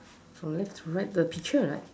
so let's write the picture right